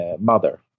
mother